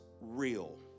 real